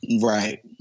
Right